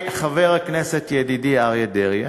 חבר הכנסת ידידי אריה דרעי,